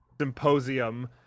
symposium